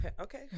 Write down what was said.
Okay